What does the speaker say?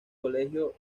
colegio